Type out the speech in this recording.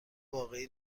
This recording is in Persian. واقعی